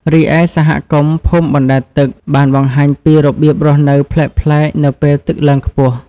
រីឯសហគមន៍ភូមិបណ្តែតទឹកបានបង្ហាញពីរបៀបរស់នៅប្លែកៗនៅពេលទឹកឡើងខ្ពស់។